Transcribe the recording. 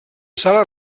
sala